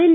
L